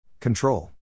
Control